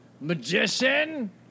Magician